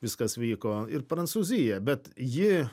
viskas vyko ir prancūzija bet ji